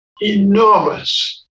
enormous